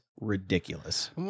ridiculous